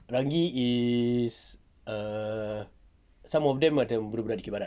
ranggi is err some of them ada budak-budak dikir barat ah